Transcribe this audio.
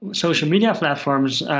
social media platforms,